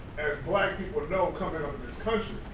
as black people know, comin' on this country,